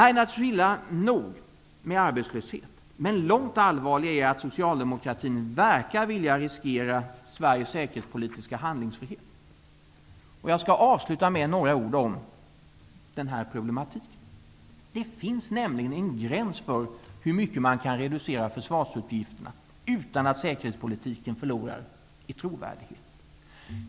Arbetslöshet är naturligtvis illa nog, men långt allvarligare är att Socialdemokraterna verkar vilja riskera Sveriges säkerhetspolitiska handlingsfrihet. Jag skall avsluta med några ord om den här problematiken. Det finns nämligen en gräns för hur mycket man kan reducera försvarsutgifterna utan att säkerhetspolitiken förlorar i trovärdighet.